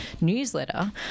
newsletter